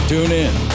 TuneIn